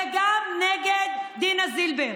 וגם נגד דינה זילבר.